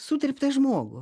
sutryptą žmogų